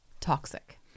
toxic